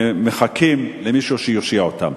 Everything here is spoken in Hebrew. שמחכים למישהו שיושיע אותם.